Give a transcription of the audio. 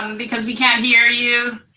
because we can't hear you,